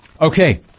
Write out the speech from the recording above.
Okay